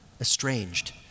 estranged